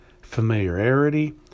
familiarity